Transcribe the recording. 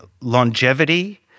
longevity